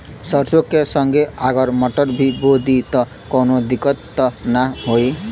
सरसो के संगे अगर मटर भी बो दी त कवनो दिक्कत त ना होय?